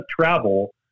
travel